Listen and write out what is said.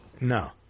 No